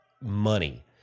money